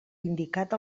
indicat